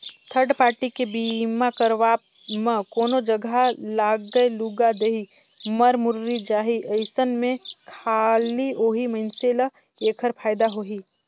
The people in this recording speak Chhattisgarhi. थर्ड पारटी के बीमा करवाब म कोनो जघा लागय लूगा देही, मर मुर्री जाही अइसन में खाली ओही मइनसे ल ऐखर फायदा होही